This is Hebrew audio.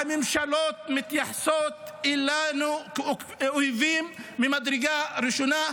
שהממשלות מתייחסות אלינו כאל אויבים ממדרגה ראשונה.